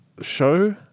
show